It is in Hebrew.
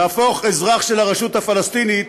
להפוך אזרח של הרשות הפלסטינית